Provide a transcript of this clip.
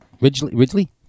Ridley